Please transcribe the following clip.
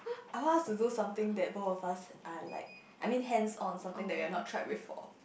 I want us to do something that both of us are like I mean hands on something that we've not tried before